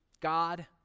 God